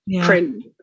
print